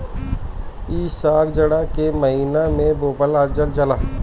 इ साग जाड़ा के महिना में बोअल जाला